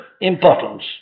importance